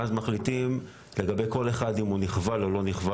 ואז מחליטים לגבי כל אחד אם הוא נכבל או לא נכבל.